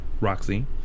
Roxy